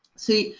see,